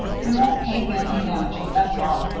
we won't pay fancy damages, that's all.